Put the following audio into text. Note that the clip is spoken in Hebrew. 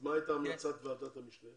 מה הייתה המלצת ועדת המשנה?